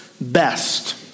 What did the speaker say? best